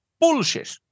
Bullshit